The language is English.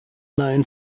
known